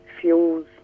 fuels